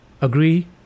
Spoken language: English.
agree